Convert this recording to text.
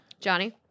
Johnny